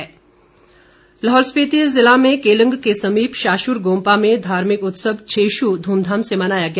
छेषु लाहौल स्पिति जिला में केलंग के समीप शाषुर गोम्पा में धार्मिक उत्सव छेषु धूमधाम से मनाया गया